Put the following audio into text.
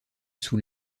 sous